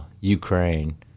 Ukraine